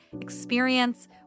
experience